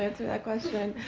answer that question.